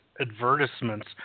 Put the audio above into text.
advertisements